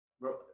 Bro